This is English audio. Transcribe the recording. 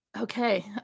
okay